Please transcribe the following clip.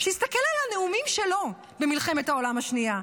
שיסתכל על הנאומים שלו במלחמת העולם השנייה,